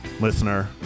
listener